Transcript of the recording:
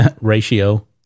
Ratio